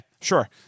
sure